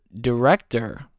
director